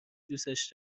دوسش